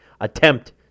attempt